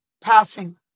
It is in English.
passing